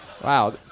Wow